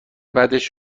بعدش